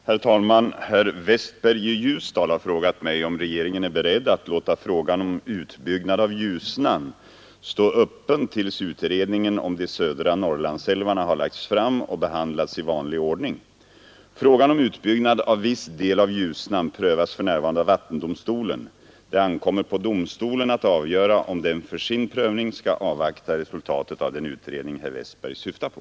Herr talman! Herr Westberg i Ljusdal har frågat mig om regeringen är beredd att låta frågan om utbyggnad av Ljusnan stå öppen tills utredningen om de södra Norrlandsälvarna har lagts fram och behandlats i vanlig ordning. Frågan om utbyggnad av viss del av Ljusnan prövas för närvarande av vattendomstolen. Det ankommer på domstolen att avgöra om den för sin prövning skall avvakta resultatet av den utredning herr Westberg syftar på.